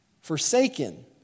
Forsaken